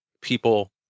people